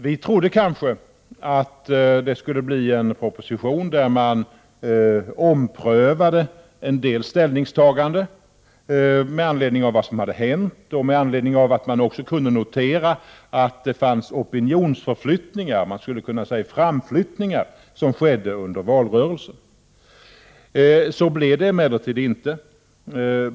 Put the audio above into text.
Vi trodde kanske att det skulle bli en proposition där man omprövade en del ställningstaganden med anledning av vad som hade hänt och med anledning av att man också kunde notera att det skedde opinionsförflyttningar — man skulle kunna säga opinionsframflyttningar — under valrörelsen. Så blev det emellertid inte.